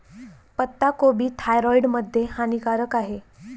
पत्ताकोबी थायरॉईड मध्ये हानिकारक आहे